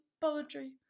poetry